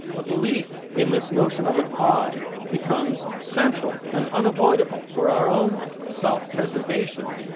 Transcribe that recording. a belief in this notion of an i becomes central, and unavoidable. for our own self preservation,